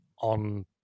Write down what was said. on